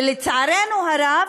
ולצערנו הרב,